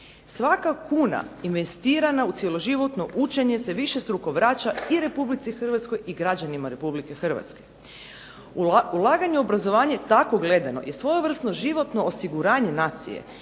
Svaka kuna investirana u cjeloživotno učenje se višestruko vraća i Republici Hrvatskoj i građanima Republike Hrvatske. Ulaganje u obrazovanje tako gledano i svojevrsno životno osiguranje nacije